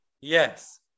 Yes